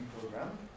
Program